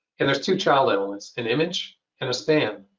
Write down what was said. and there's two child elements, an image and a span.